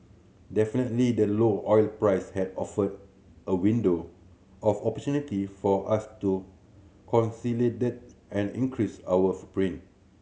definitely the low oil price had offered a window of opportunity for us to consolidate and increase our footprint